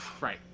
Right